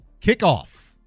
Kickoff